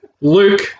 Luke